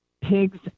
pigs